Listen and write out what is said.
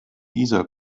isar